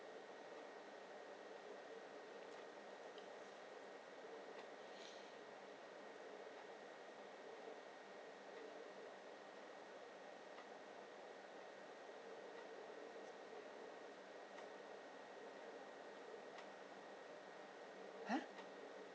ha